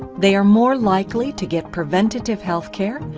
they are more likely to get preventative health care,